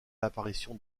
l’apparition